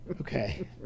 Okay